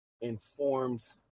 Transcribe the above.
informs